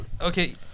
Okay